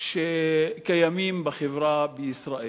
שקיימים בחברה בישראל.